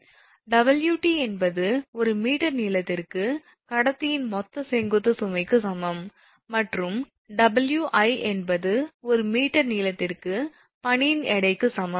𝑊𝑇 என்பது ஒரு மீட்டர் நீளத்திற்கு கடத்தியின் மொத்த செங்குத்து சுமைக்கு சமம் மற்றும் 𝑊𝑖 என்பது ஒரு மீட்டர் நீளத்திற்கு பனியின் எடைக்கு சமம்